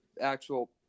actual